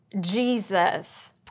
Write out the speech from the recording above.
Jesus